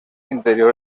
interior